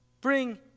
bring